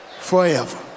forever